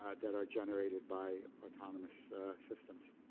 ah that are generated by autonomous systems.